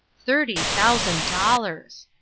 thir-ty thousand dollars!